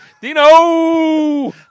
Dino